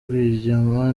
rwigema